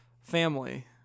family